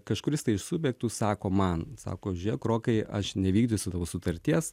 kažkuris tai iš subjektų sako man sako žiūrėk rokai aš nevykdysiu tavo sutarties